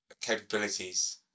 capabilities